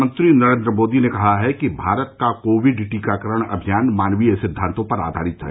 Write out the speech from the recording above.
प्रधानमंत्री नरेन्द्र मोदी ने कहा है कि भारत का कोविड टीकाकरण अभियान मानवीय सिद्वांतों पर आधारित है